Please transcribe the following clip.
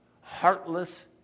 heartless